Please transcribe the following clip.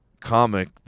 comic